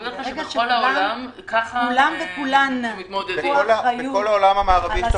ברגע שכולם וכולן ייקחו אחריות על